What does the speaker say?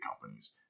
companies